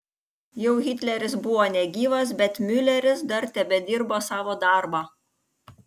jau hitleris buvo negyvas bet miuleris dar tebedirbo savo darbą